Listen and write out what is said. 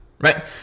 right